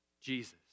Jesus